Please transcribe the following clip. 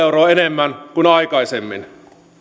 euroa enemmän kuin aikaisemmin